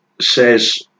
says